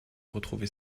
retrouver